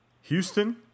Houston